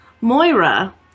Moira